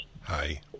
Hi